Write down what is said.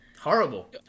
horrible